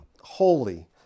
holy